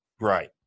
Right